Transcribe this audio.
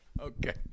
Okay